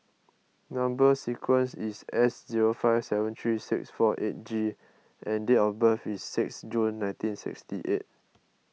Number Sequence is S zero five seven three six four eight G and date of birth is six June nineteen sixty eight